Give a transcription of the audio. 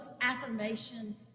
affirmation